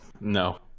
No